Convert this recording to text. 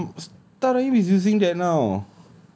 ya tarahim is using that now